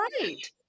right